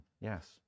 Yes